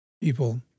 people